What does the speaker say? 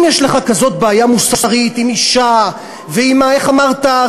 אם יש לך כזאת בעיה מוסרית עם אישה, ואיך אמרת?